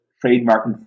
trademark